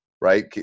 Right